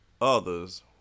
others